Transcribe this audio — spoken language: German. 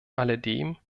alledem